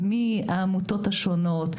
מהעמותות השונות,